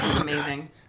Amazing